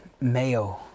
Mayo